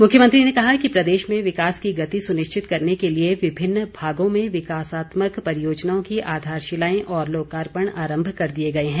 मुख्यमंत्री ने कहा कि प्रदेश में विकास की गति सुनिश्चित करने के लिए विभिन्न भागों में विकासात्मक परियोजनाओं की आधारशिलाएं और लोकार्पण आरम्भ कर दिए गए हैं